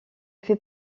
fait